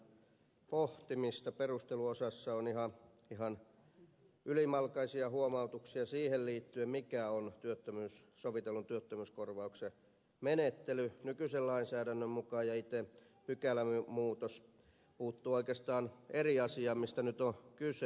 perusteluosassa on ihan ylimalkaisia huomautuksia siihen liittyen mikä on sovitellun työttömyyskorvauksen menettely nykyisen lainsäädännön mukaan ja itse pykälämuutos puuttuu oikeastaan eri asiaan kuin mistä nyt on kyse